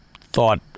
thought